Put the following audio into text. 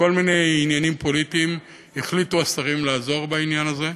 מכל מיני עניינים פוליטיים החליטו השרים לעזור בעניין הזה,